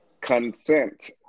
Consent